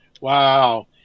Wow